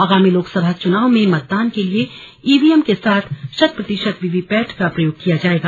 आगामी लोकसभा चुनाव में मतदान के लिए ईवीएम के साथ शत प्रतिशत वीवीपैट का प्रयोग किया जाएगा